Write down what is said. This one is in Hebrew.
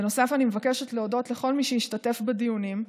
בנוסף, אני מבקשת להודות לכל מי שהשתתף בדיונים,